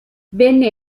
venne